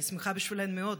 אני שמחה בשבילן מאוד.